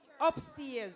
upstairs